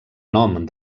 nom